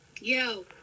yo